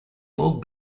not